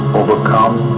overcome